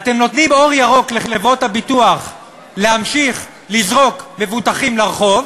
אתם נותנים אור ירוק לחברות הביטוח להמשיך לזרוק מבוטחים לרחוב,